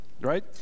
right